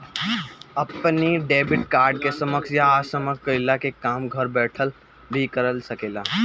अपनी debit card के सक्षम या असक्षम कईला के काम घर बैठल भी कर सकेला